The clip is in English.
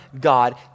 God